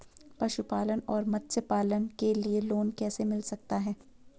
पशुपालन और मत्स्य पालन के लिए लोन कैसे मिल सकता है?